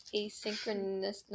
asynchronous